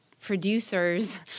producers